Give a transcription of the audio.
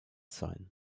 sein